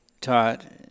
taught